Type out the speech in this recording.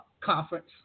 conference